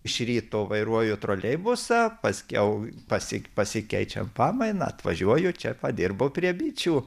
iš ryto vairuoju troleibusą paskiau pasi pasikeičia pamaina atvažiuoju čia padirbu prie bičių